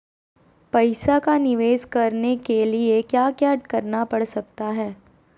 पैसा का निवेस करने के लिए क्या क्या करना पड़ सकता है?